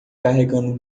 carregando